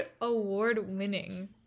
award-winning